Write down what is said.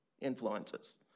influences